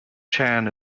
chan